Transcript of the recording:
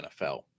NFL